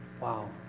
Wow